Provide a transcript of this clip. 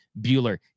Bueller